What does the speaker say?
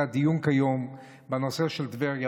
זה הדיון היום בנושא של טבריה.